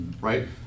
right